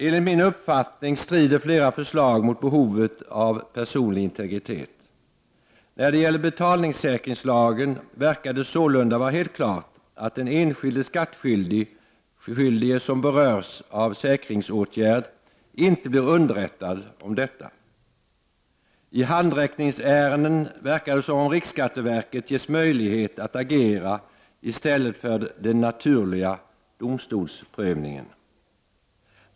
Enligt min uppfattning strider flera förslag mot behovet av personlig integritet. När det gäller betalningssäkringslagen verkar det sålunda vara helt klart att den enskilde skattskyldige som berörs av säkringsåtgärd inte blir underrättad om detta. I handräckningsärenden verkar det som om riksskatteverket ges möjlighet att agera i stället för att den naturliga domstolsprövningen får äga rum.